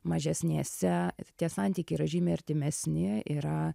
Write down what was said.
mažesnėse tie santykiai yra žymiai artimesni yra